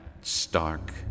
stark